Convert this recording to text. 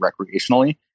recreationally